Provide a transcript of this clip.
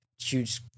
huge